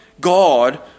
God